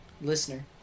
listener